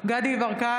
דסטה גדי יברקן,